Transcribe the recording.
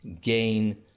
gain